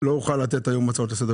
לא אוכל לתת היום הצעות לסדר,